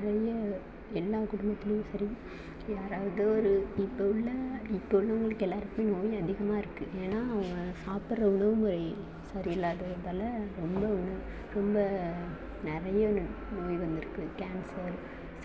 நிறைய எல்லா கும்பத்துலையும் சரி யாராவது ஒரு இப்போ உள்ள இப்போ உள்ளவங்களுக்கு எல்லாருக்குமே நோய் அதிகமாக இருக்கு ஏன்னா அவங்க சாப்பிட்ற உணவு முறை சரி இல்லாததுனால ரொம்பவே ரொம்ப நிறைய நோ நோய் வந்துருக்கு கேன்சர்